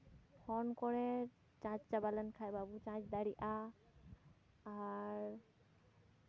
phone ᱠᱚᱨᱮ charge ᱪᱟᱵᱟ ᱞᱮᱱᱠᱷᱟᱡ ᱵᱟᱵᱚ ᱪᱟᱨᱡᱽ ᱫᱟᱲᱮᱜᱼᱟ ᱟᱨ